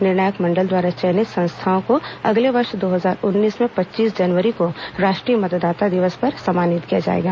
निर्णायक मंडल द्वारा चयनित संस्थानों को अगले वर्ष दो हजार उन्नीस में पच्चीस जनवरी को राष्ट्रीय मतदाता दिवस पर सम्मानित किया जाएगा